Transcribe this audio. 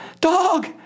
dog